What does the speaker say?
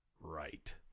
right